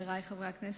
חברי חברי הכנסת,